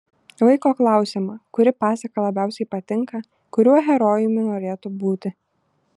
vaiko klausiama kuri pasaka labiausiai patinka kuriuo herojumi norėtų būti